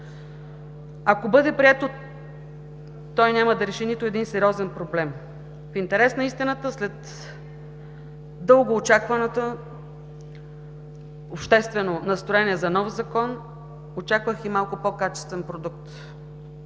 Ако бъде приет, той няма да реши нито един сериозен проблем. В интерес на истината, след дълго очакване и обществено настроение за нов закон, очаквах и малко по-качествен продукт.